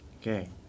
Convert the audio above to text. Okay